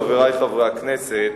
חברי חברי הכנסת,